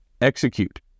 Execute